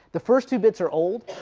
the first two bits are old,